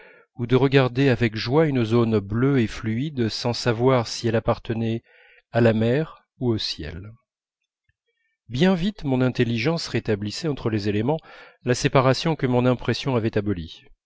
ou de regarder avec joie une zone bleue et fluide sans savoir si elle appartenait à la mer ou au ciel bien vite mon intelligence rétablissait entre les éléments la séparation que mon impression avait abolie